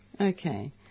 Okay